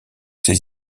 ses